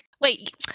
Wait